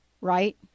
right